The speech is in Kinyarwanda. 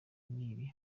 n’ibi